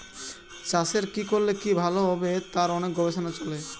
চাষের কি করলে কি ভালো হবে তার অনেক গবেষণা চলে